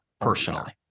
personally